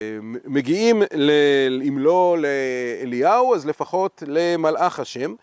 מגיעים, אם לא לאליהו, אז לפחות למלאך השם.